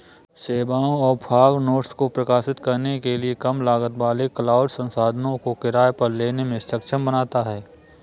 सेवाओं और fog nodes को प्रकाशित करने के लिए कम लागत वाले क्लाउड संसाधनों को किराए पर लेने में सक्षम बनाता है